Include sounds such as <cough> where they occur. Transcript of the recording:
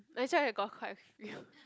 actually I got quite a few <laughs>